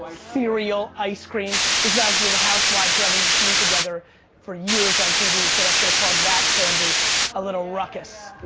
ah cereal, ice cream. this is obviously the housewives, who haven't been seen together for years on tv, so that's gonna cause that fan base a little ruckus.